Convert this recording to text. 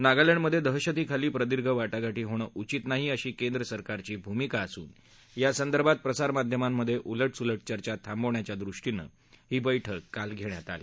नागालँडमधे दहशतीखाली प्रदीर्घ वाटाघाटी होणं उचित नाही अशी केंद्रसरकारची भूमिका असून या संदर्भात प्रसारमाध्यमांमधे उलटसुलट चर्चा थांबवण्याच्या दृष्टीनं ही बैठक काल घेण्यात आली